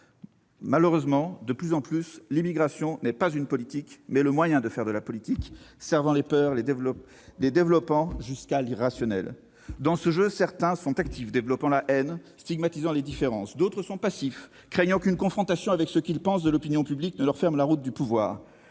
Malheureusement, de plus en plus, l'immigration est aussi le moyen de faire de la politique à partir des peurs, en les développant jusqu'à l'irrationnel. Dans ce jeu, certains sont actifs, développant la haine, stigmatisant les différences. D'autres sont passifs, craignant qu'une confrontation avec ce qu'ils pensent de l'opinion publique ne leur ferme la route du pouvoir.